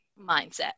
mindset